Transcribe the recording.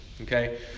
Okay